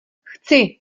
chci